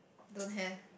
don't have